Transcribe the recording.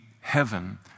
heaven